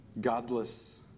godless